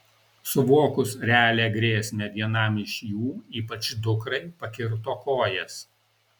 suvokus realią grėsmę vienam iš jų ypač dukrai pakirto kojas